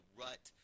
rut